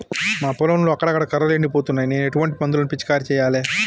మా పొలంలో అక్కడక్కడ కర్రలు ఎండిపోతున్నాయి నేను ఎటువంటి మందులను పిచికారీ చెయ్యాలే?